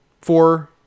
four